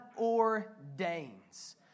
ordains